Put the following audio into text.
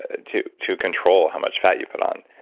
ah to to control how much fat you put on.